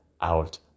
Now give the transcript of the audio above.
out